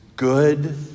good